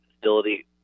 facility